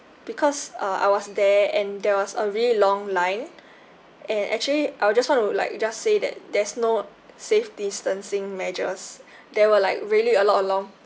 because uh I was there and there was a really long line and actually I would just want to like just say that there's no safe distancing measures there were like really a lot a long